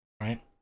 right